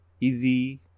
Easy